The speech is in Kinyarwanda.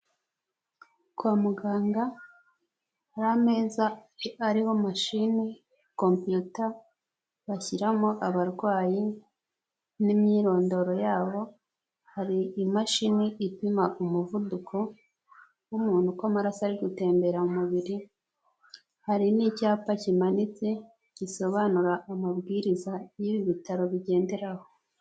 Kwa muganga hari meza ariho mashine Kompiyuta bashyiramo abarwayi n'imyirondoro yabo, hari imashini ipima umuvuduko w'umuntu uko amaraso ari gutembera mu mubiri hari n'icyapa kimanitse gisobanura amabwiriza y'ibitaro bigenderaho.